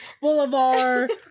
Boulevard